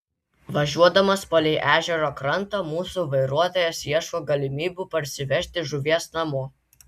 važiuodamas palei ežero krantą mūsų vairuotojas ieško galimybių parsivežti žuvies namo